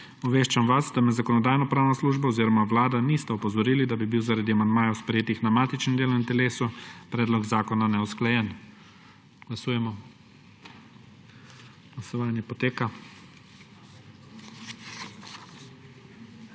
Obveščam vas, da me Zakonodajno-pravna služba oziroma Vlada nista opozorili, da bi bil zaradi amandmajev, sprejetih na matičnem delovnem telesu, predlog zakona neusklajen. Glasujemo. Navzočih je